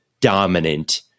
dominant